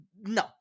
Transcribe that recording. No